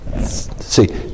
see